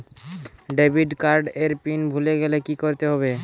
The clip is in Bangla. ডেবিট কার্ড এর পিন ভুলে গেলে কি করতে হবে?